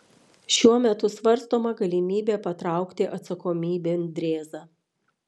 šiuo metu svarstoma galimybė patraukti atsakomybėn drėzą